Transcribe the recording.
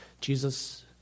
Jesus